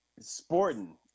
sporting